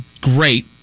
great